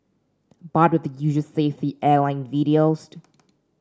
bored with the usual safety airline videos